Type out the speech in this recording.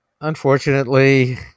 unfortunately